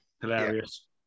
Hilarious